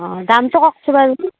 অঁ দামটো কওকচোন বাৰু